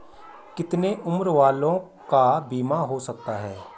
कितने उम्र वालों का बीमा हो सकता है?